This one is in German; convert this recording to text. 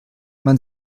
man